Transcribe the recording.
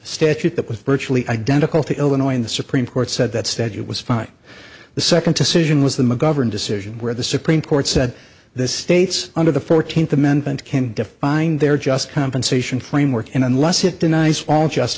statute that with virtually identical to illinois in the supreme court said that said it was fine the second decision was the mcgovern decision where the supreme court said this states under the fourteenth amendment can define their just compensation framework and unless it denies all just